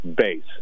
base